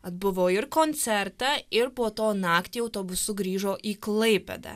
atbuvo ir koncertą ir po to naktį autobusu grįžo į klaipėdą